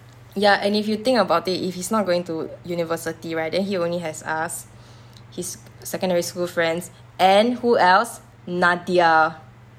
ya and if you think about it if he's not going to university right then he only has us his secondary school friends and who else nadiah